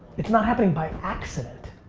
it's not happening by accident.